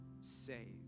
saved